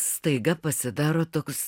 staiga pasidaro toks